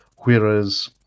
Whereas